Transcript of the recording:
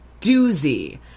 doozy